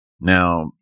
now